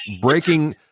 Breaking